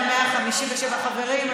157. חברים,